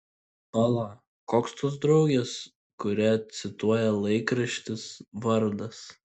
pala koks tos draugės kurią cituoja laikraštis vardas